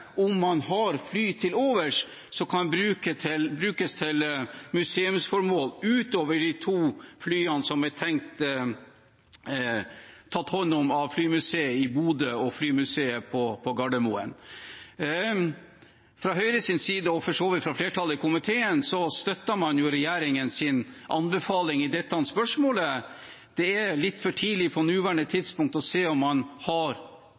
om man har fly til overs som kan brukes til museumsformål, utover de to flyene som er tenkt tatt hånd om av flymuseet i Bodø og flymuseet på Gardermoen. Fra Høyres side og for så vidt fra flertallet i komiteens side støtter man regjeringens anbefaling i dette spørsmålet. Det er litt for tidlig på nåværende tidspunkt å se om man har